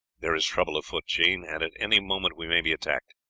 there is trouble afoot, jean, and at any moment we may be attacked.